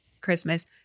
Christmas